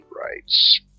rights